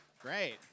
Great